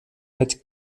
mit